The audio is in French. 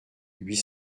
huit